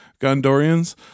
Gondorians